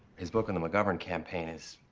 his book on the mcgovern campaign is.